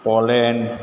Poland